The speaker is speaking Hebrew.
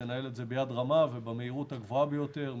שתנהל את זה ביד רמה ובמהירות הגבוהה ביותר,